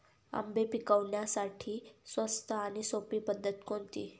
आंबे पिकवण्यासाठी स्वस्त आणि सोपी पद्धत कोणती?